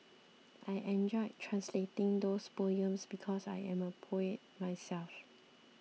I enjoyed translating those poems because I am a poet myself